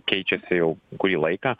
keičiasi jau kurį laiką